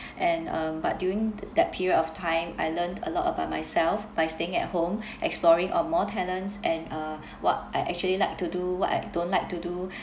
and um but during that period of time I learnt a lot about myself by staying at home exploring on more talents and uh what I actually liked to do what I don't like to do